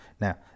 Now